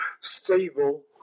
stable